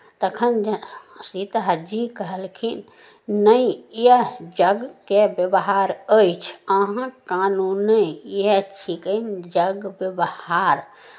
तखन ज् सीताजी कहलखिन नहि इएह जगके व्यवहार अछि अहाँ कानू नहि इएह छिकै जग व्यवहार